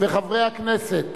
וחברי הכנסת